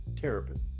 Terrapin